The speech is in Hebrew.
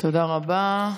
תודה רבה.